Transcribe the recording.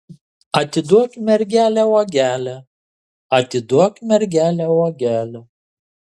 atiduok mergelę uogelę atiduok mergelę uogelę